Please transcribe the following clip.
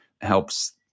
helps